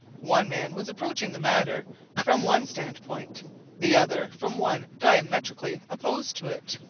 one man was approaching the matter from one standpoint the other from one diametrically opposed to it.